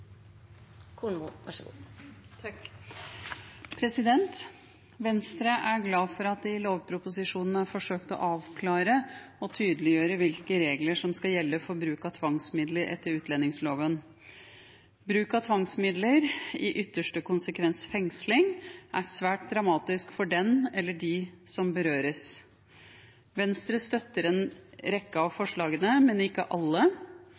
Venstre er glad for at det i lovproposisjonen er forsøkt å avklare og tydeliggjøre hvilke regler som skal gjelde for bruk av tvangsmidler etter utlendingsloven. Bruk av tvangsmidler, i ytterste konsekvens fengsling, er svært dramatisk for den eller de som berøres. Venstre støtter en rekke av forslagene, men ikke alle.